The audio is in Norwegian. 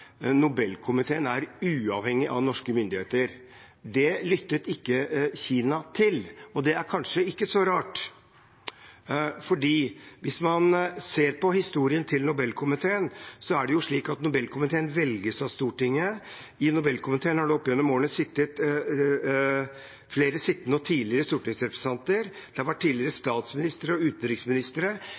Nobelkomiteen er uavhengig av norske myndigheter. Det lyttet ikke Kina til, og det er kanskje ikke så rart, for hvis man ser på historien til Nobelkomiteen, velges Nobelkomiteen av Stortinget. I Nobelkomiteen har det opp gjennom årene sittet flere sittende og tidligere stortingsrepresentanter. Det har vært tidligere statsministre og